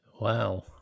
Wow